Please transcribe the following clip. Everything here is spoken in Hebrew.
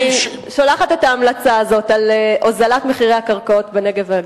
אני שולחת את ההמלצה הזאת על הוזלת מחירי הקרקעות בנגב והגליל.